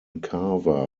carver